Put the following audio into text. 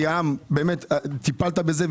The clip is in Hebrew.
כי טיפלת בזה,